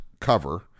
cover